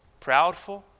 proudful